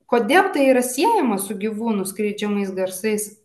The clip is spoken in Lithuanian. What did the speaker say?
kodėl tai yra siejama su gyvūnų skleidžiamais garsais